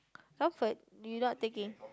Comfort you not taking